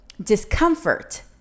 Discomfort